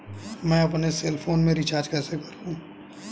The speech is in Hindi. मैं अपने सेल फोन में रिचार्ज कैसे करूँ?